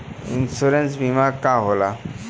Insurance बीमा का होला?